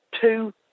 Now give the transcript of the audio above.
two